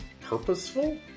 purposeful